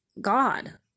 God